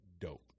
dope